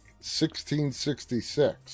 1666